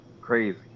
Crazy